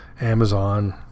Amazon